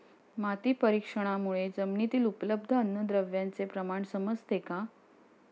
माती परीक्षणामुळे जमिनीतील उपलब्ध अन्नद्रव्यांचे प्रमाण समजते का?